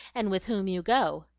and with whom you go.